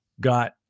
got